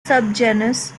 subgenus